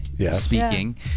Speaking